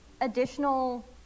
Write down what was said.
additional